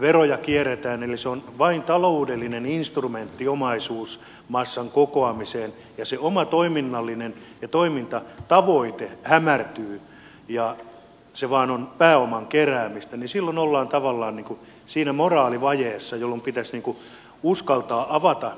veroja kierretään eli se on vain taloudellinen instrumentti omaisuusmassan kokoamiseen oma toimintatavoite hämärtyy ja se on vain pääoman keräämistä niin silloin ollaan tavallaan siinä moraalivajeessa jolloin pitäisi uskaltaa avata